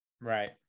Right